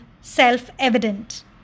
self-evident